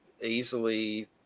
easily